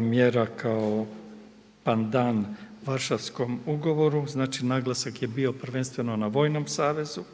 mjera, kao pandan Varšavskom ugovoru, znači naglasak je bio prvenstveno na vojnom savezu.